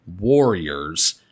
warriors